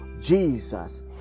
Jesus